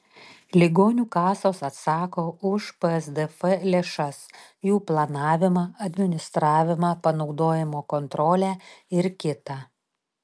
ligonių kasos atsako už psdf lėšas jų planavimą administravimą panaudojimo kontrolę ir kita